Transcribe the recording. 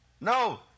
No